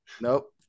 Nope